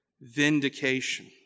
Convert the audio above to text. vindication